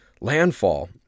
landfall